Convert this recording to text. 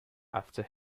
after